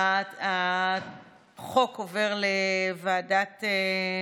אוסאמה סעדי, בעד, ולדימיר,